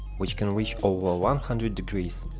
which can reach over one hundred degrees.